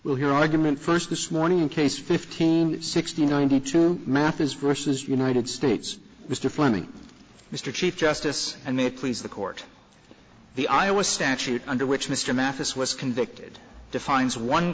we'll hear argument first this morning in case fifteen sixteen ninety two matters versus united states mr fleming mr chief justice and it please the court the i was statute under which mr mathis was convicted defines one